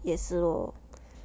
也是 lor